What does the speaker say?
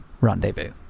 Rendezvous. ¶¶